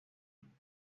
con